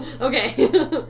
Okay